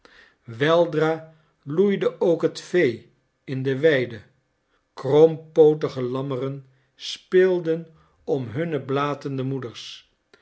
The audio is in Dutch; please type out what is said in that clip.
weldra loeide ook het vee in de weide krompootige lammeren speelden om hunne blatende moeders